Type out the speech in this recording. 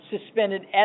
suspended